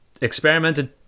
experimented